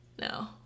No